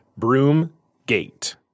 Broomgate